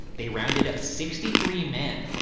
they rounded up sixty three men,